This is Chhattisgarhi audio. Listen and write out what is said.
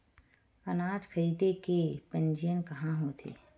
अनाज खरीदे के पंजीयन कहां होथे?